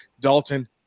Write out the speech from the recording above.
Dalton